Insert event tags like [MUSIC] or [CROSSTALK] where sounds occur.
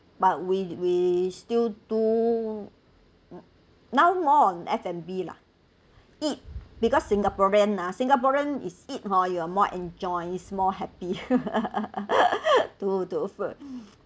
but we we still do now more F&B lah eat because singaporean ah singaporean is eat hor you are more enjoy more happy [LAUGHS] to to food